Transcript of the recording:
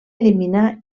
eliminar